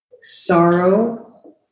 sorrow